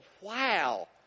wow